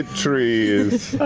trees!